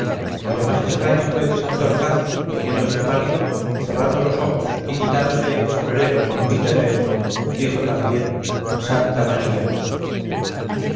y lo más extraño fue que santorcaz poniéndose pálido cerrando los ojos y quitándose el sombrero con humilde gesto dijo también santa maría